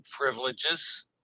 privileges